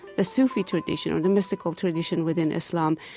the sufi tradition or the mystical tradition within islam,